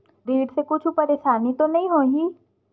ऋण से कुछु परेशानी तो नहीं होही?